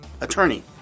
attorney